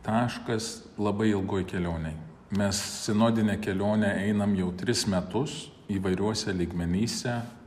taškas labai ilgoj kelionėj mes sinodinę kelionę einam jau tris metus įvairiuose lygmenyse